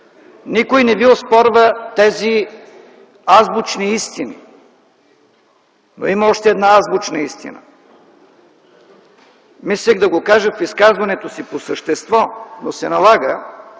Никой не Ви оспорва тези азбучни истини. Но има още една азбучна истина. Мислих да го кажа в изказването си по същество, но се налага